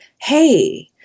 Hey